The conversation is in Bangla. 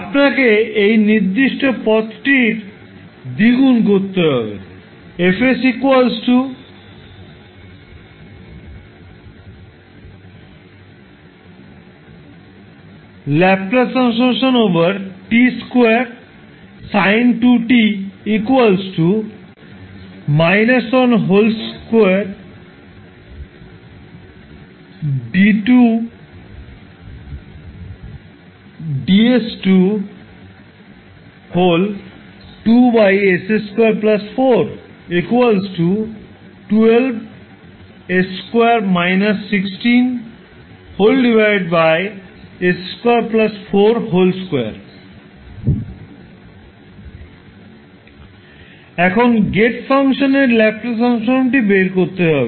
আপনাকে এই নির্দিষ্ট পদটির দ্বিগুণ ডেরিভেটিভ করতে হবে এখন গেট ফাংশনের ল্যাপ্লাস ট্রান্সফর্মটি বের করতে হবে